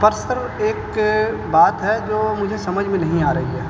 Purser ایک بات ہے جو مجھے سمجھ میں نہیں آ رہی ہے